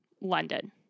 London